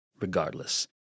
regardless